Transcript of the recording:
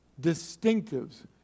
distinctives